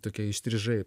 tokia įstrižai